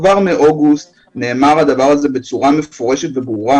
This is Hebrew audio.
כבר מאוגוסט נאמר הדבר הזה בצורה מפורשת וברורה